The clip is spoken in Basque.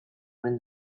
omen